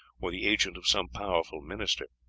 or the agent of some powerful minister